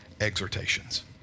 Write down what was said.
exhortations